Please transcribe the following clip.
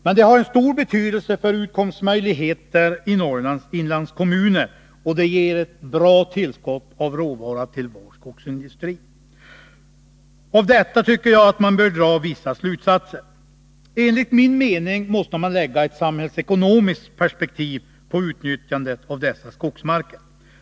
Men de har en stor betydelse för utkomstmöjligheterna i Norrlands inlandskommuner, och de ger ett bra tillskott av råvara till vår skogsindustri. Av detta bör man dra vissa slutsatser. Enligt min mening måste man anlägga ett samhällsekonomiskt perspektiv på utnyttjandet av dessa skogsmarker.